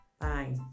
Bye